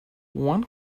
one